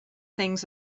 things